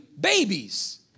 babies